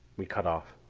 we cut off.